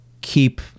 keep